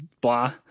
blah